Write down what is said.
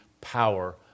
power